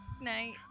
night